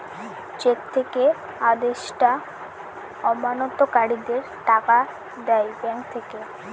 check থেকে আদেষ্টা আমানতকারীদের টাকা দেয় ব্যাঙ্ক থেকে